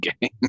game